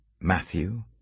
Matthew